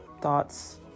thoughts